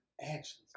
actions